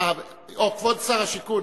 כבוד שר השיכון.